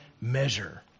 measure